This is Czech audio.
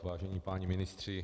Vážení páni ministři.